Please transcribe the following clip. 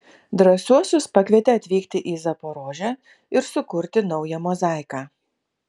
drąsiuosius pakvietė atvykti į zaporožę ir sukurti naują mozaiką